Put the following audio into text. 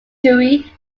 dewey